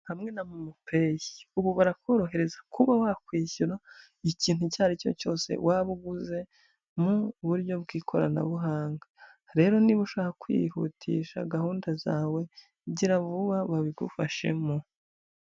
Hamwe na momo peyi, ubu barakorohereza kuba wakwishyura ikintu icyo ari cyo cyose waba uguze mu buryo bw'ikoranabuhanga, rero niba ushaka kwihutisha gahunda zawe gira vuba babigufashemo.